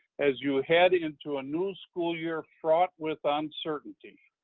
as you head into a new school year fraught with ah uncertainty.